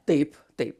taip taip